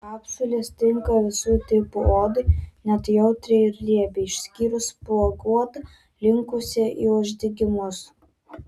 kapsulės tinka visų tipų odai net jautriai ir riebiai išskyrus spuoguotą linkusią į uždegimus